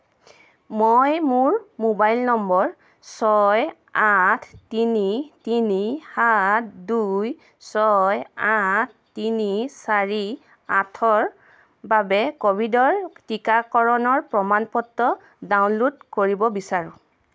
মই মোৰ ম'বাইল নম্বৰ ছয় আঠ তিনি তিনি সাত দুই ছয় আঠ তিনি চাৰি আঠৰ বাবে ক'ভিডৰ টীকাকৰণৰ প্ৰমাণ পত্ৰ ডাউনল'ড কৰিব বিচাৰোঁ